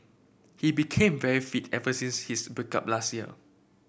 he became very fit ever since his break up last year